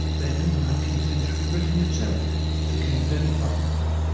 then, in the nineteenth century, britain itself became very powerful.